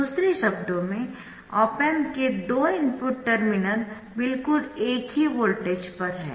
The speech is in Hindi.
दूसरे शब्दों में ऑप एम्प के दो इनपुट टर्मिनल बिल्कुल एक ही वोल्टेज पर है